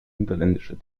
niederländischer